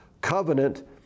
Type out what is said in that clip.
covenant